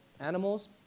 Animals